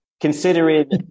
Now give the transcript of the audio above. considering